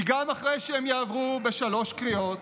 כי גם אחרי שהן יעברו בשלוש קריאות,